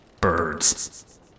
Birds